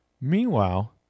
Meanwhile